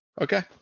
Okay